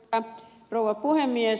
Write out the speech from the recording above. arvoisa rouva puhemies